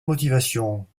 motivations